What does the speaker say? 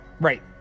right